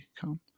come